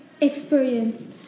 experience